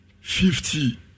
Fifty